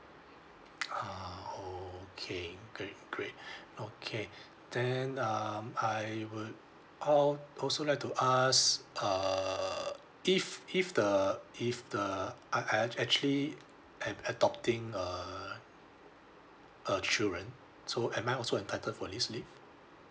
ah okay great great okay then um I would I al~ also like to ask err if if the if the I I I actually ad~ adopting err uh children so am I also entitled for this leave